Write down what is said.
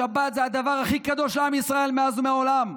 השבת זה הדבר הכי קדוש לעם ישראל מאז ומעולם.